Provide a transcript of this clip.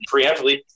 preemptively